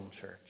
church